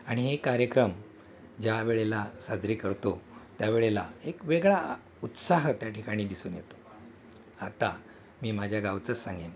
आणि हे कार्यक्रम ज्या वेळेला साजरे करतो त्यावेळेला एक वेगळा उत्साह त्या ठिकाणी दिसून येतो आता मी माझ्या गावचंच सांगेन